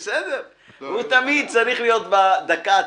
הוא תמיד צריך להיות בדקה ה-90,